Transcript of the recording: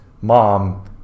mom